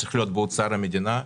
צריך להיות באוצר המדינה,